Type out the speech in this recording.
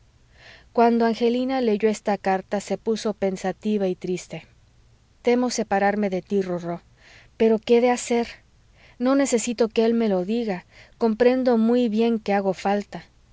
cuando angelina leyó esta carta se puso pensativa y triste temo separarme de tí rorró pero qué he de hacer no necesito que él me lo diga comprendo muy bien que hago falta